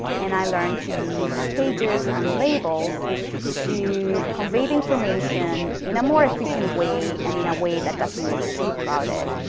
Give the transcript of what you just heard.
and i learned to use pages and labels to convey the information in a more efficient way and in a way that doesn't look too crowded.